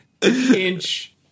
inch